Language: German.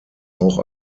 auch